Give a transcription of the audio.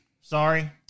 Sorry